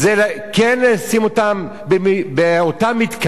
באותם מתקנים שהממשלה החליטה עליהם.